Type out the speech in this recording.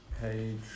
page